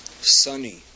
sunny